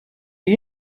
you